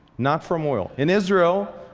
not from oil. in israel,